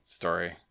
story